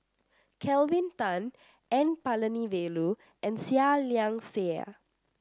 Kelvin Tan N Palanivelu and Seah Liang Seah